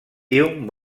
hume